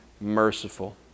merciful